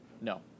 No